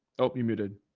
help you muted?